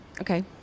Okay